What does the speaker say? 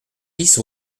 dix